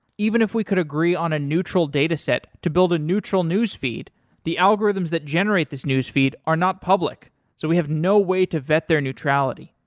even if we could agree on a neutral data set to build a neutral news feed the algorithms that generate this news feed are not public so we have no way to vet their neutrality.